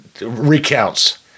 recounts